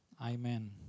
Amen